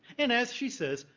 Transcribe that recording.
and as she says,